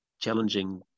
challenging